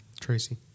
Tracy